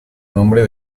nombre